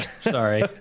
Sorry